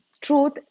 Truth